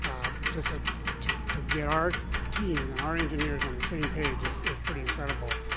just ah to to get our team and our engineers on the same page is is pretty incredible.